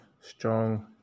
strong